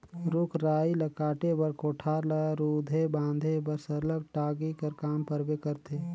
रूख राई ल काटे बर, कोठार ल रूधे बांधे बर सरलग टागी कर काम परबे करथे